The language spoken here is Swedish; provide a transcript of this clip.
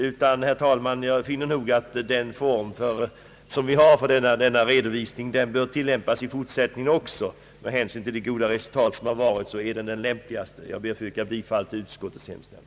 Jag anser därför, herr talman, att den nuvarande formen för redovisning bör tillämpas även i fortsättningen med hänsyn till det goda resultat den givit. Jag yrkar bifall till utskottets hemställan.